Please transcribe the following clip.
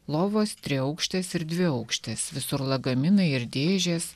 lovos triaukštės ir dviaukštės visur lagaminai ir dėžės